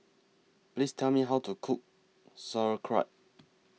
Please Tell Me How to Cook Sauerkraut